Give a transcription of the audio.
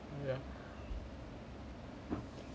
ya